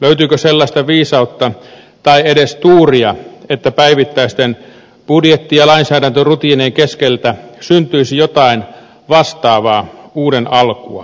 löytyykö sellaista viisautta tai edes tuuria että päivittäisten budjetti ja lainsäädäntörutiinien keskeltä syntyisi jotain vastaavaa uuden alkua